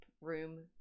room